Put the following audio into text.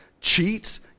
cheats